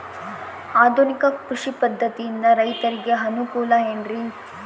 ಆಧುನಿಕ ಕೃಷಿ ಪದ್ಧತಿಯಿಂದ ರೈತರಿಗೆ ಅನುಕೂಲ ಏನ್ರಿ?